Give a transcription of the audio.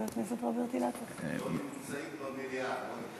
לא נמצאת במליאה.